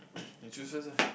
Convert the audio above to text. you choose first ah